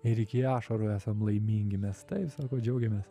ir iki ašarų esam laimingi mes taisom džiaugiamės